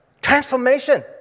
transformation